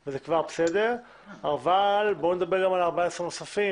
אבל בואו נדבר גם על ה-14 הימים הנוספים.